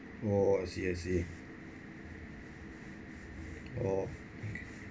oh I see I see oh okay